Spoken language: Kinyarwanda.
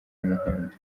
y’umuhondo